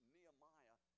Nehemiah